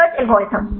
search algorithm